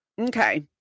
Okay